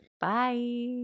Bye